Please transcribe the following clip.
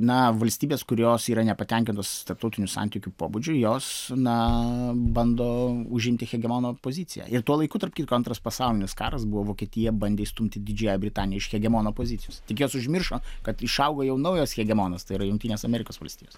na valstybės kurios yra nepatenkintos tarptautinių santykių pobūdžiu jos na bando užimti hegemono poziciją ir tuo laiku tarp kitko antras pasaulinis karas buvo vokietija bandė išstumti didžiąja britaniją iš hegemono pozicijos tik jos užmiršo kad išaugo jau naujas hegemonas tai yra jungtinės amerikos valstijos